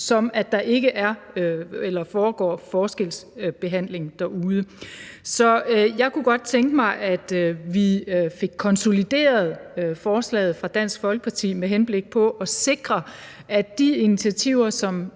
at der ikke foregår forskelsbehandling derude. Så jeg kunne godt tænke mig, at vi fik konsolideret forslaget fra Dansk Folkeparti med henblik på at sikre, at den lovgivning, som